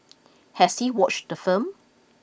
has he watched the film